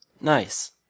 Nice